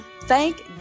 Thank